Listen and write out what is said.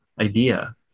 idea